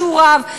שהוא רב,